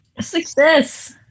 success